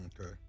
Okay